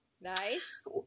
Nice